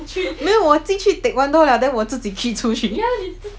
没有我进去 taekwondo then 我自己 kick 出去